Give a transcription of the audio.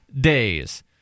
days